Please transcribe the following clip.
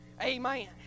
amen